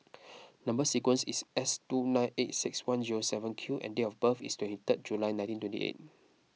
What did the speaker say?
Number Sequence is S two nine eight six one zero seven Q and date of birth is twenty third July nineteen twenty eight